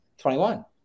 21